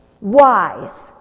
wise